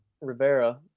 Rivera